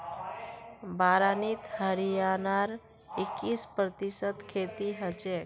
बारानीत हरियाणार इक्कीस प्रतिशत खेती हछेक